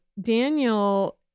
Daniel